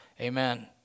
Amen